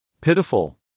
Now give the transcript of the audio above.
Pitiful